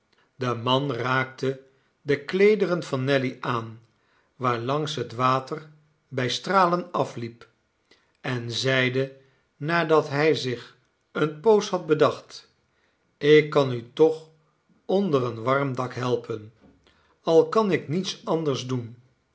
de man raakte de kleederen van nelly aan waarlangs het water bij stralen afliep en zeide nadat hij zich eene poos had bedacht ikkan u toch onder een warm dak helpen al kan ik niets anders doen